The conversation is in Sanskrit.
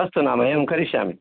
अस्तु नाम एवं करिष्यामि